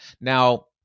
Now